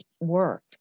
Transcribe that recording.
work